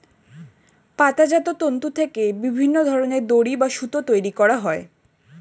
পাতাজাত তন্তু থেকে বিভিন্ন ধরনের দড়ি বা সুতো তৈরি করা হয়